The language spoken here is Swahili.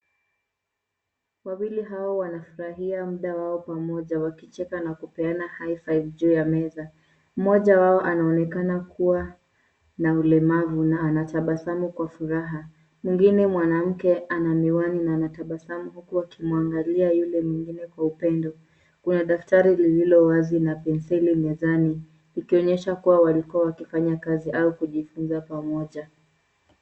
Kwa vile hawa wanafurahia muda wao pamoja wakicheka na kupeana high five juu ya meza. Mmoja wao anaonekana kuwa na ulemavu na anatabasamu kwa furaha. Mwingine mwanamke ana miwani na anatabasamu huku akimwangalia yule mwingine kwa upendo. Kuna daftari lililo wazi na penseli mezani ikionyesha kuwa walikua wakifanya kazi au kujifunza pamoja.